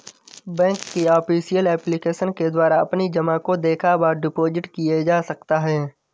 bank की official application के द्वारा अपनी जमा को देखा व डिपॉजिट किए जा सकते हैं